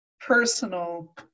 personal